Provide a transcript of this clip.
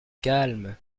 calme